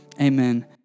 amen